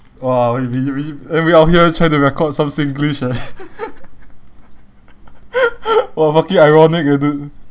!wah! we we and we out here trying to record some singlish eh !wah! fucking ironic eh dude